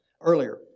earlier